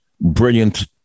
brilliant